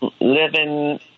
living